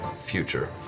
future